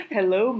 Hello